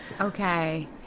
Okay